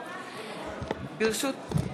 נפגעי מלחמה ושוטרים מארנונה) (תיקון,